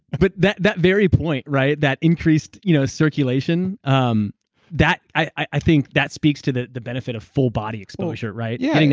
but that that very point, right, that increased you know circulation, um i think that speaks to the the benefit of full body exposure. right? yeah getting